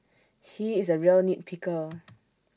he is A real nit picker